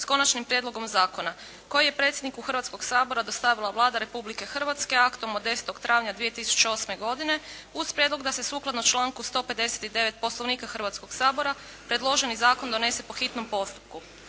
s Konačnim prijedlogom zakona koji je predsjedniku Hrvatskog sabora dostavila Vlada Republike Hrvatske aktom od 10. travnja 2008. godine, uz prijedlog da se sukladno članku 159. Poslovnika Hrvatskog sabora predloženi zakon donese po hitnom postupku.